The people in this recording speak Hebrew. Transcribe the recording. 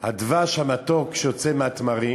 הדבש המתוק שיוצא מהתמרים.